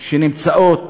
שנמצאות